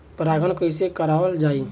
परागण कइसे करावल जाई?